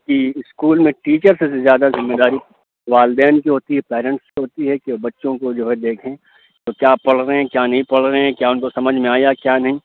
کہ اسکول میں ٹیچر سے زیادہ ذمہ داری والدین کی ہوتی ہے پیرنٹس کی ہوتی ہے کہ وہ بچوں کو جو ہے دیکھیں وہ کیا پڑھ رہے ہیں کیا نہیں پڑھ رہے ہیں کیا اُن کو سمجھ میں آیا کیا نہیں